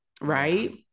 right